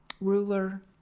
ruler